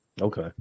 Okay